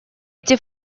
эти